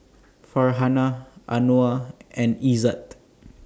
Farhanah Anuar and Izzat